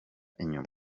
inyuma